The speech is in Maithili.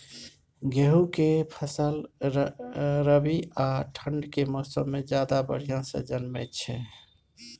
गेहूं के फसल रबी आ ठंड के मौसम में ज्यादा बढ़िया से जन्में छै?